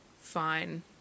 fine